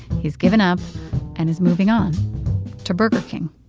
he's given up and is moving on to burger king